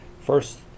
First